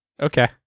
Okay